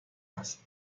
است